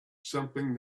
something